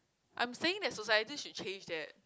I'm saying that society should change that